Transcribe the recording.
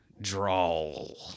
Drawl